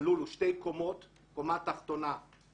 הלול הוא שתי קומות כאשר קומה בקומה התחתונה הזבל,